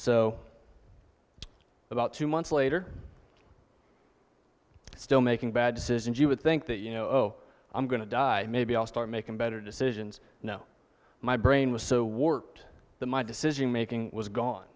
so about two months later still making bad decisions you would think that you know i'm going to die maybe i'll start making better decisions now my brain was so warped that my decision making was gone